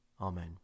Amen